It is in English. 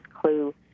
clue